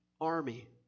army